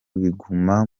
biguma